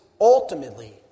ultimately